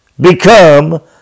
become